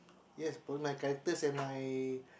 yes both my characters and my